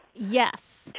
yes,